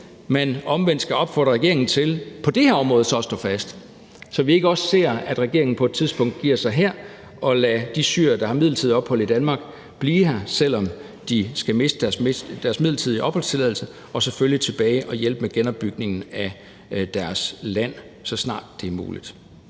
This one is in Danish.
man omvendt opfordre regeringen til på det her område så at stå fast, så vi ikke også ser, at regeringen på et tidspunkt giver sig her og lader de syrere, der har midlertidigt ophold i Danmark, blive her, selv om de skulle miste deres midlertidige opholdstilladelse og selvfølgelig tage tilbage og hjælpe med genopbygningen af deres land, så snart det er muligt.